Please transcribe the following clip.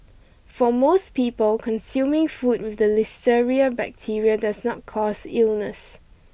for most people consuming food with the listeria bacteria does not cause illness